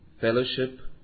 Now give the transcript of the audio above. Fellowship